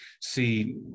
see